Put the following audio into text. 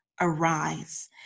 arise